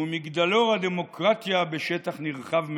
שהוא מגדלור הדמוקרטיה בשטח נרחב מאוד,